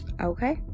Okay